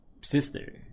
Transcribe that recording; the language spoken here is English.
sister